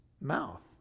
mouth